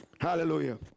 Hallelujah